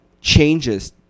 changes